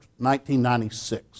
1996